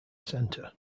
center